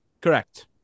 correct